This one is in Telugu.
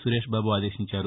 సురేష్బాబు ఆదేశించారు